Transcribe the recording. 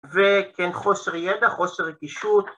‫וכן, חוסר ידע, חוסר רגישות.